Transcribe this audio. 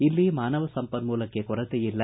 ಇಲ್ಲಿ ಮಾನವ ಸಂಪನ್ಮೂಲಕ್ಕೆ ಕೊರತೆಯಿಲ್ಲ